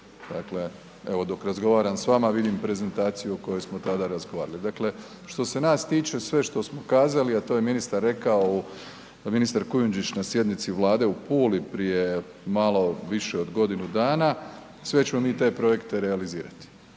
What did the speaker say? Dakle evo dok razgovaram s vama vidim prezentaciju o kojoj smo tada razgovarali. Dakle što se nas tiče sve što smo kazali a to je ministar rekao, ministar Kujundžić na sjednici Vlade u Puli prije malo više od godinu dana, sve ćemo mi te projekte realizirati